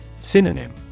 Synonym